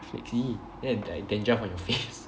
flaky and then like dandruff on your face